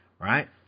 right